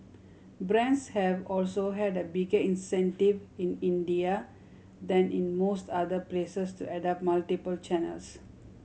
brands have also had a bigger incentive in India than in most other places to adopt multiple channels